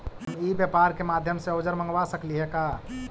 हम ई व्यापार के माध्यम से औजर मँगवा सकली हे का?